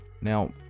now